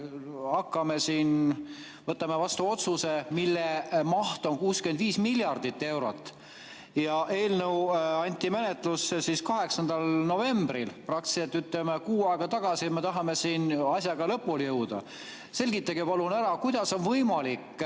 põhimõtteliselt võtame vastu otsuse, mille maht on 65 miljardit eurot. See eelnõu anti menetlusse 8. novembril, praktiliselt kuu aega tagasi. Ja me tahame siin asjaga lõpule jõuda. Selgitage palun, kuidas on võimalik